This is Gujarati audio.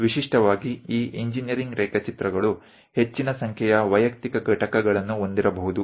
ખાસ કરીને આ એન્જિનિયરિંગ ડ્રોઈંગ માં વ્યક્તિગત ભાગોની ઘટકોની સંખ્યા ઘણી બધી હોઈ શકે છે